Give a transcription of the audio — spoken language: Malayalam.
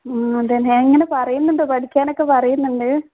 അതെ ഞാൻ ഇങ്ങനെ പറയുന്നുണ്ട് പഠിക്കാനൊക്കെ പറയുന്നുണ്ട്